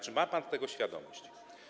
Czy ma pan tego świadomość?